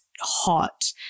hot